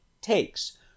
takes